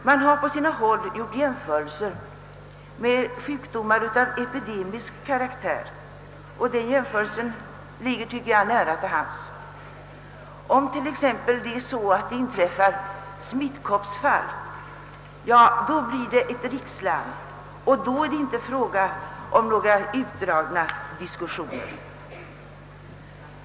Man har på sina håll gjort jämförelse med sjukdomar av epidemisk karaktär, och den jämförelsen ligger nära till hands. Om det t.ex. inträffar smittkoppsfall blir det ett rikslarm, och då är det inte fråga om några utdragna diskussioner.